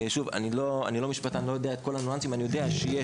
אני לא משפטן ולא יודע את כל הניואנסים אני יודע שיש